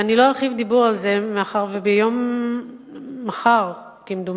ואני לא ארחיב דיבור על זה מאחר שמחר כמדומני,